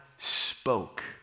spoke